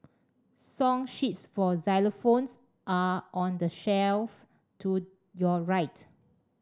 song sheets for xylophones are on the shelf to your right